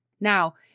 Now